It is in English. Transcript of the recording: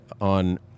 on